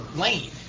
lane